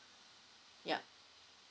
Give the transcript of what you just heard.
yup